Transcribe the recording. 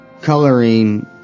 coloring